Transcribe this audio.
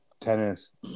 tennis